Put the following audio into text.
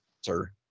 sir